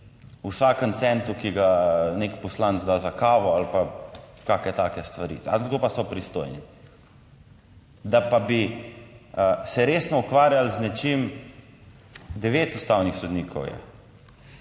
vsakem centu, ki ga nek poslanec da za kavo ali pa kake take stvari. A za to pa so pristojni? Da pa bi se resno ukvarjali z nečim, Devet ustavnih sodnikov